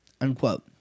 unquote